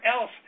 else